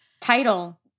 title